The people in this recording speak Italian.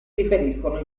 riferiscono